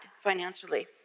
financially